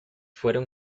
fueron